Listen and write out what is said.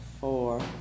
four